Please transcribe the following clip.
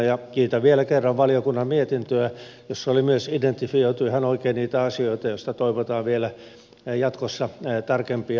ja kiitän vielä kerran valiokunnan mietintöä jossa oli myös identifioitu ihan oikein niitä asioita joista toivotaan vielä jatkossa tarkempia arvioita